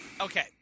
Okay